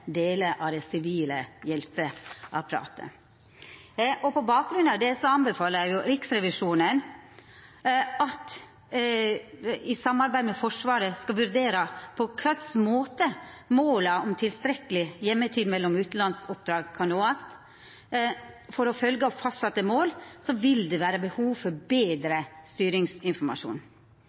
av det sivile hjelpeapparatet. På bakgrunn av dette tilrår Riksrevisjonen i samarbeid med Forsvaret å vurdera på kva måte ein kan nå måla om tilstrekkeleg heimetid mellom utanlandsoppdraga. For å følgja opp fastsette mål vil det vera behov for betre styringsinformasjon.